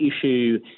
issue